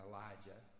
Elijah